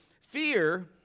Fear